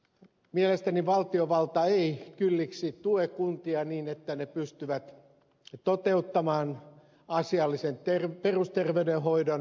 mielestäni valtiovalta ei kylliksi tue kuntia niin että ne pystyvät toteuttamaan asiallisen perusterveydenhoidon